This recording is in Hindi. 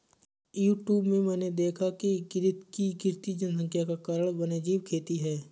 यूट्यूब में मैंने देखा है कि गिद्ध की गिरती जनसंख्या का कारण वन्यजीव खेती है